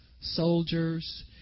soldiers